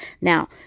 now